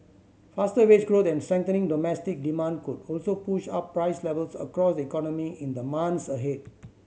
faster wage growth and strengthening domestic demand could also push up price levels across the economy in the months ahead